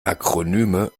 akronyme